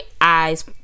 Eye's